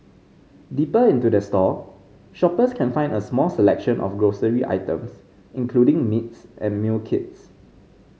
deeper into the store shoppers can find a small selection of grocery items including meats and meal kits